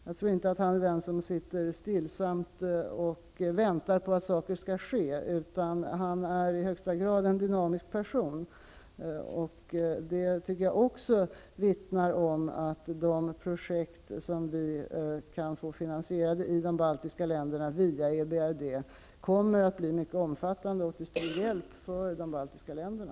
Jag tror inte att han är den som sitter stillsamt och väntar på att saker skall ske, utan han är i högsta grad en dynamisk person. Också det tycker jag vittnar om att de projekt som vi kan få finansierade i de baltiska länderna via EBRD kommer att bli mycket omfattande och till stor hjälp för de baltiska länderna.